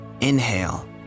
Inhale